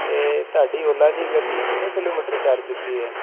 ਅਤੇ ਤੁਹਾਡੀ ਓਲਾ ਦੀ ਗੱਡੀ ਕਿੰਨੇ ਕਿਲੋਮੀਟਰ ਚੱਲ ਚੁੱਕੀ ਹੈ